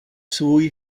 svůj